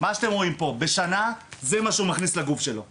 מה שאתם רואים פה זה מה שילד בישראל מכניס לגוף שלו בשנה.